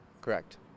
correct